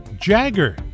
Jagger